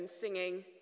singing